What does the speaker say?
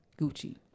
Gucci